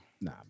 Nah